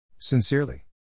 Sincerely